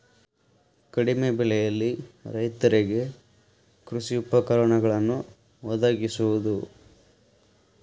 ಕಡಿಮೆ ಬೆಲೆಯಲ್ಲಿ ರೈತರಿಗೆ ಕೃಷಿ ಉಪಕರಣಗಳನ್ನು ವದಗಿಸುವದು